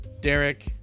Derek